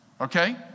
okay